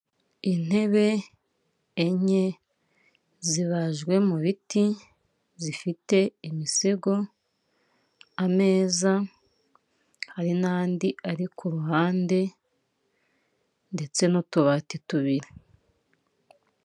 Intebe enye zibajwe mu biti, zifite imisego, ameza, hari n'andi ari ku ruhande, ndetse n'utubati tubiri.